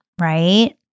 right